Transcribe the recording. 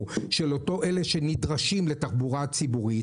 של אותם אלה שנדרשים לתחבורה הציבורית.